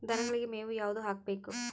ದನಗಳಿಗೆ ಮೇವು ಯಾವುದು ಹಾಕ್ಬೇಕು?